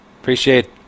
Appreciate